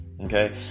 okay